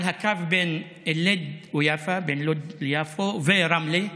הקו (אומר בערבית ומתרגם:) בין לוד ויפו ורמלה,